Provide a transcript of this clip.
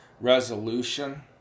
resolution